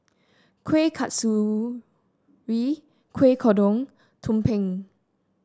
Kueh Kasturi Kueh Kodok tumpeng